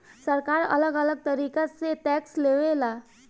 सरकार अलग अलग तरीका से टैक्स लेवे ला